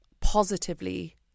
positively